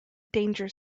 danger